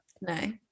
no